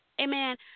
Amen